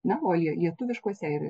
na o lie lietuviškose ir